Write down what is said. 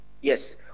Yes